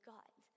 God